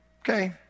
okay